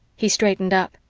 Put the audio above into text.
he straightened up.